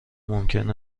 ممکن